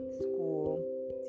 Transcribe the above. school